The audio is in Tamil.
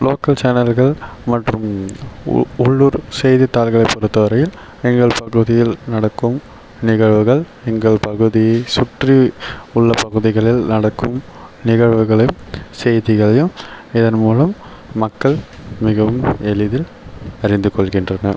லோக்கல் சேனல்கள் மற்றும் உள்ளூர் செய்தித்தாள்களை பொறுத்தவரையில் எங்கள் பகுதியில் நடக்கும் நிகழ்வுகள் எங்கள் பகுதியை சுற்றி உள்ள பகுதிகளில் நடக்கும் நிகழ்வுகளையும் செய்திகளையும் இதன் மூலம் மக்கள் மிகவும் எளிதில் அறிந்து கொள்கின்றனர்